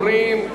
3471,